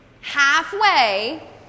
Halfway